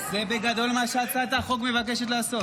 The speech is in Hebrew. זה בגדול מה שהצעת החוק מבקשת לעשות.